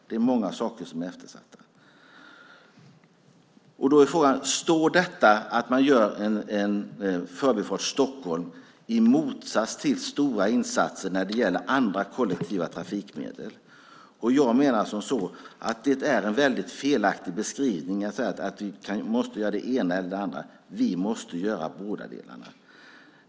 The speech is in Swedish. Det är många saker som är eftersatta. Då är frågan: Står detta att man gör Förbifart Stockholm i motsats till stora insatser när det gäller andra kollektiva trafikmedel? Jag menar att det är en väldigt felaktig beskrivning att säga att vi måste göra det ena eller det andra. Vi måste göra båda delarna.